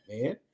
man